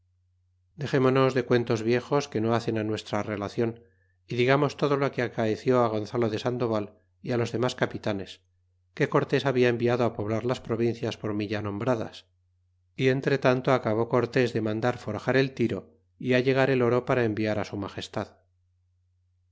dexémonos de cuentos viejos que no hacen nuestra relacion y digamos todo lo que acaeció á gonzalo de sandoval y á los demas capitanes que cortés habia enviado á poblar las provincias por mi ya nombradas y entretanto acabó cortés de mandar forjar el tiro é allegar el oro para enviar á su magestad